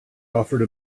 offered